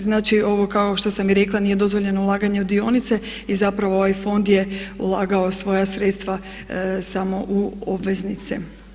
Znači ovo kao što sam i rekla nije dozvoljeno ulaganje u dionice i zapravo ovaj fond je ulagao svoja sredstva samo u obveznice.